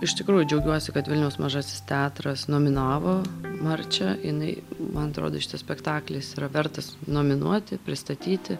iš tikrųjų džiaugiuosi kad vilniaus mažasis teatras nominavo marčią jinai man atrodo šitas spektaklis yra vertas nominuoti pristatyti